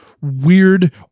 weird